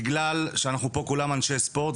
בגלל שאנחנו פה כולם אנשי ספורט,